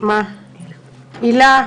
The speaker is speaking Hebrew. הלה,